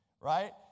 right